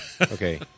Okay